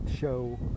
show